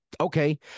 okay